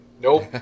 nope